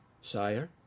Sire